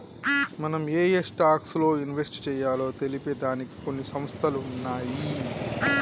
మనం ఏయే స్టాక్స్ లో ఇన్వెస్ట్ చెయ్యాలో తెలిపే దానికి కొన్ని సంస్థలు ఉన్నయ్యి